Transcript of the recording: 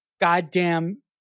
goddamn